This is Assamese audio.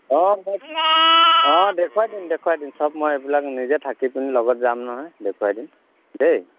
অঁ হ'ব অঁ দেখুৱাই দিম দেখুৱাই দিম চব মই এইবিলাক নিজে থাকি পিনি লগত যাম নহয় দেখুৱাই দিম দেই